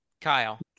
Kyle